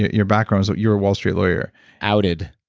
your background was. you were a wall street lawyer outed.